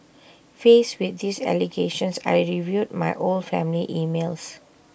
faced with these allegations I reviewed my old family emails